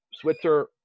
Switzer